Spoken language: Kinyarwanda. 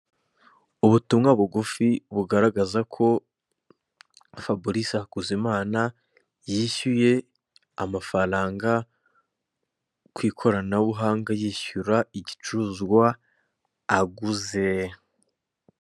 Ubutumwa bugufi bugaragaza ko Fabrice Hakuzimana yishyuye amafaranga ku ikoranabuhanga yishyura igicuruzwa aguze.